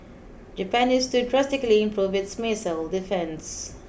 Japan needs to drastically improve its missile defence